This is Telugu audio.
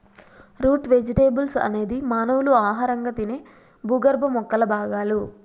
రూట్ వెజిటెబుల్స్ అనేది మానవులు ఆహారంగా తినే భూగర్భ మొక్కల భాగాలు